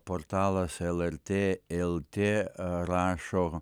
portalas lrt lt rašo